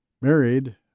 married